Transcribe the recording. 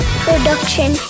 Production